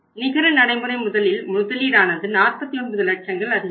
நிகர நடைமுறை முதலில் முதலீடானது 49 லட்சங்கள் அதிகரிக்கும்